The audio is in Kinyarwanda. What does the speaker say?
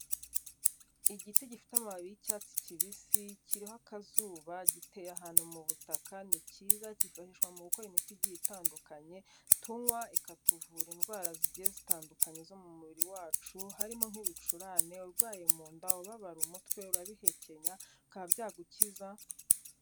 Igiti gifite amababi y'icyatsi kibisi, kiriho akazuba, giteye ahantu mu butaka, ni cyiza kifashishwa mu gukora imiti igiye itandukanye, tunywa ikatuvura indwara zigiye zitandukanye zo mu mubiri wacu, harimo nk'ibicurane, urwaye mu nda, ubabara umutwe, urabihekenya bikaba byagukiza,...